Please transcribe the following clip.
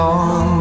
on